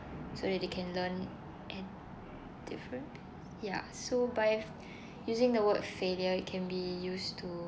so that they can learn and different yeah so by using the word failure it can be used to